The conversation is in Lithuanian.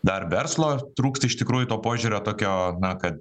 dar verslo trūksta iš tikrųjų to požiūrio tokio na kad